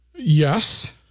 Yes